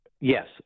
Yes